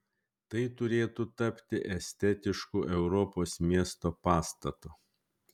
tai turėtų tapti estetišku europos miesto pastatu